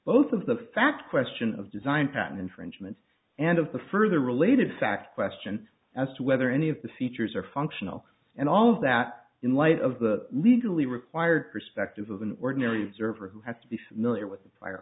both of the facts question of design patent infringement and of the further related fact question as to whether any of the features are functional and all of that in light of the legally required perspective of an ordinary observer who has to be familiar with